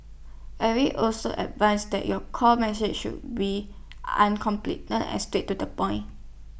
Eric also advised that your core message should be uncomplicated and straight to the point